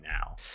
now